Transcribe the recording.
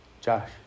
Josh